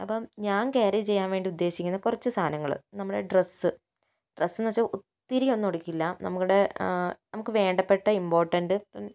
അപ്പോൾ ഞാൻ ക്യാരി ചെയ്യാൻ വേണ്ടി ഉദ്ദേശിക്കുന്നത് കുറച്ച് സാധനങ്ങൾ നമ്മുടെ ഡ്രസ്സ് ഡ്രസ്സെന്ന് വച്ചാൽ ഒത്തിരിയൊന്നും എടുക്കില്ല നമ്മുടെ നമുക്ക് വേണ്ടപ്പെട്ട ഇമ്പോർട്ടന്റ് ഇപ്പോൾ